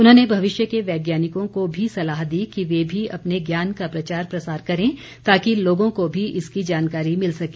उन्होंने भविष्य के वैज्ञानिकों को भी सलाह दी कि वे भी अपने ज्ञान का प्रचार प्रसार करें ताकि लोगों को भी इसकी जानकारी मिल सके